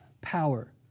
power